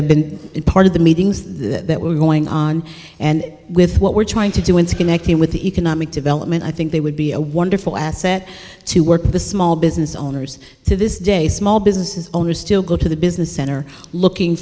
i've been part of the meetings that were going on and with what we're trying to do and connecting with the economic development i think they would be a wonderful asset to work with a small business owners to this day small businesses owners still go to the business center looking